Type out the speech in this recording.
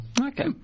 Okay